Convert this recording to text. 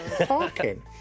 Parking